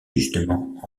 justement